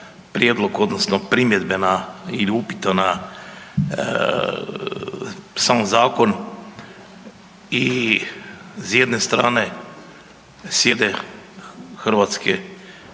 prijedlog odnosno primjedbe ili uputa na sam zakon i s jedne strane sjede HGK,